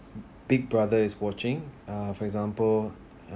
big brother is watching uh for example